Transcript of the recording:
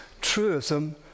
truism